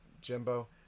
Jimbo